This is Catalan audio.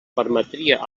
permetria